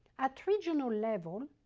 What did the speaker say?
at regional level,